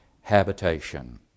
habitation